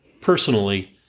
personally